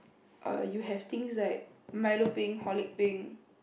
err you have things like Milo peng Holicks peng